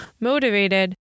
motivated